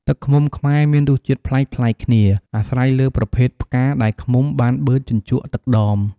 ទឹកឃ្មុំខ្មែរមានរសជាតិប្លែកៗគ្នា អាស្រ័យលើប្រភេទផ្កាដែលឃ្មុំបានបឺតជញ្ជក់ទឹកដម។